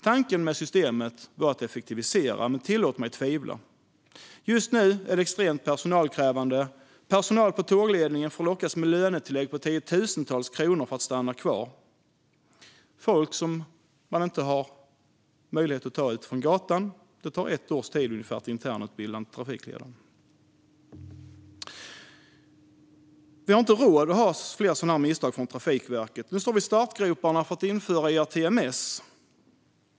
Tanken med systemet var att effektivisera, men tillåt mig tvivla. Just nu är det extremt personalkrävande, och personal i tågledningen får lockas med lönetillägg på tiotusentals kronor för att stanna kvar. Det handlar om folk som man inte kan ta från gatan; det tar ungefär ett år att internutbilda en trafikledare. Vi har inte råd med fler sådana misstag hos Trafikverket. Vi står i startgroparna för att införa ERTMS.